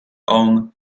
own